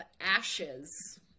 ashes